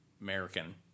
American